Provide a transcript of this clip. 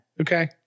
Okay